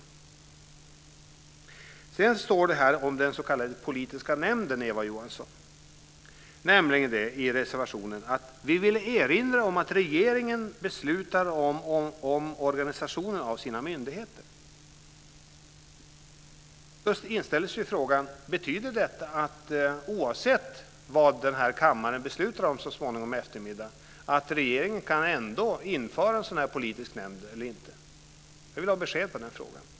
I er reservation står följande om den s.k. politiska nämnden, Eva Johansson: "Vi vill i sammanhanget erinra om att regeringen beslutar om organisationen av sina myndigheter." Då inställer sig frågan: Betyder det att regeringen ändå kan införa en politisk nämnd oavsett vad kammaren så småningom i eftermiddag beslutar? Jag vill ha besked i den frågan.